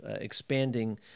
expanding